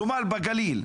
כלומר בגליל,